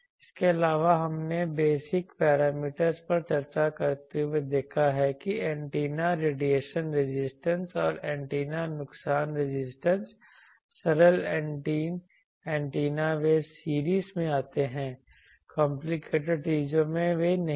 इसके अलावा हमने बेसिक पैरामीटरज़ पर चर्चा करते हुए देखा है कि एंटेना रेडिएशन रेजिस्टेंस और एंटेना नुकसान रेजिस्टेंस सरल एंटेना वे सीरीज में आते हैं कॉम्प्लिकेटेड चीजों में वे नहीं हैं